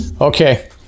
Okay